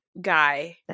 Guy